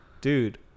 dude